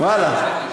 ואללה,